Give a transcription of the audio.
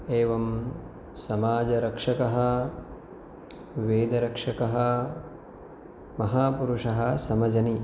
एवं समाजरक्षकः वेदरक्षकः महापुरुषः समजनि